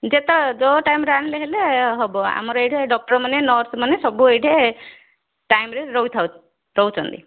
ଯେତେ ଯେଉଁ ଟାଇମରେ ଆଣିଲେ ହେଲେ ହେବ ଆମ ଏଇଠେ ଡକ୍ଟରମାନେ ନର୍ସମାନେ ସବୁ ଏଇଠେ ଟାଇମରେ ରହୁଥାଉ ରହୁଛନ୍ତି